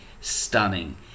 stunning